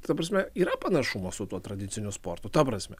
ta prasme yra panašumo su tuo tradiciniu sportu ta prasme